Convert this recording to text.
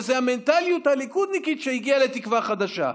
וזו המנטליות הליכודניקית שהגיעה לתקווה חדשה.